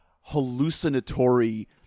hallucinatory